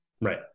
Right